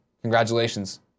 Congratulations